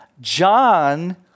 John